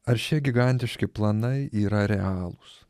ar šie gigantiški planai yra realūs